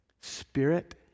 spirit